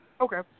okay